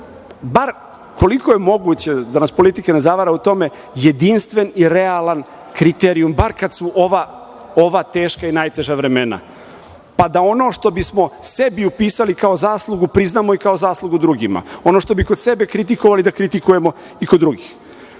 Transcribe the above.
bar, koliko je moguće, da nas politika ne zavara u tome, jedinstven i realan kriterijum, bar kad su ova teška i najteža vremena, pa da ono što bismo sebi upisali kao zaslugu priznamo i kao zaslugu drugima. Ono što bi kod sebe kritikovali, da kritikujemo i kod drugih. Što